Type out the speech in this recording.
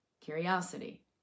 Curiosity